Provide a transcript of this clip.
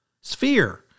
sphere